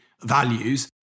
values